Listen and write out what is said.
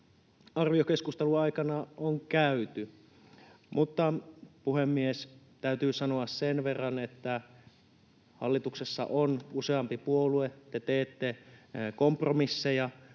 talousarviokeskustelun aikana on käyty. Puhemies! Täytyy sanoa sen verran, että hallituksessa on useampi puolue, te teette kompromisseja,